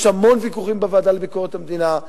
יש המון ויכוחים בוועדה לביקורת המדינה.